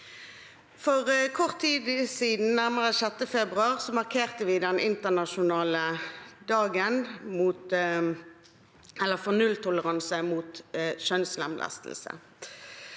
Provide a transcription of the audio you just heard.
For kort tid siden, nærmere bestemt 6. februar, markerte vi den internasjonale dagen for nulltoleranse mot kjønnslemlestelse.